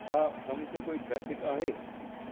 छा कम ते कोई ट्रैफिक आहे